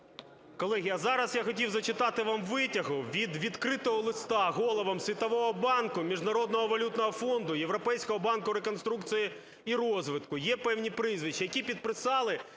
Колеги, а зараз я хотів зачитати вам витяг від відкритого листа головам Світового банку, Міжнародного валютного фонду, Європейського банку реконструкції і розвитку. Є певні прізвища, які підписали,